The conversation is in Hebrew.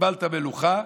קיבלת מלוכה,